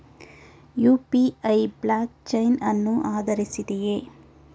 UPI blockchain ಅನ್ನು ಆಧರಿಸಿದೆಯೇ?